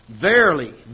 Verily